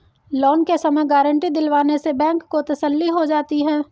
loan के समय guarantee दिलवाने से बैंक को तसल्ली हो जाती है